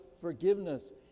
forgiveness